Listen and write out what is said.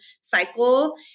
cycle